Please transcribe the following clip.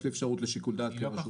יש לי אפשרות לשיקול דעת כרשות רישוי.